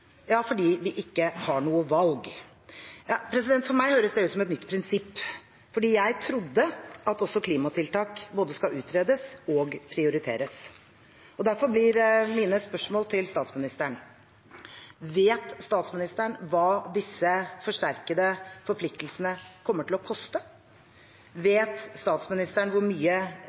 Fordi vi ikke har noe valg. For meg høres det ut som et nytt prinsipp, fordi jeg trodde at også klimatiltak både skal utredes og prioriteres. Derfor blir mine spørsmål til statsministeren: Vet statsministeren hva disse forsterkede forpliktelsene kommer til å koste? Vet statsministeren hvor mye